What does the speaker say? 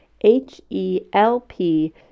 H-E-L-P